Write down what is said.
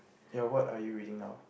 ya what are you reading now